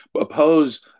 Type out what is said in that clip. oppose